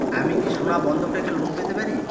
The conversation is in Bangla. আমি কি সোনা বন্ধক রেখে লোন পেতে পারি?